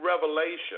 Revelation